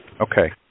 Okay